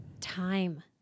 time